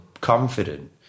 confident